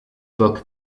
book